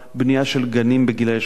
בנייה של גנים לגילאי שלוש-ארבע.